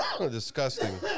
Disgusting